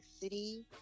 City